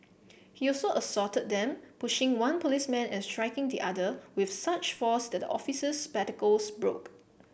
he also assaulted them pushing one policeman and striking the other with such force that the officer's spectacles broke